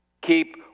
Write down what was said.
Keep